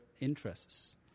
interests